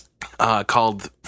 called